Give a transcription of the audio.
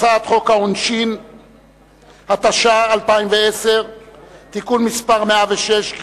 הצעת חוק העונשין (תיקון מס' 106),